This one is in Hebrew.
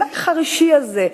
אולי החרישי הזה,